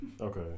Okay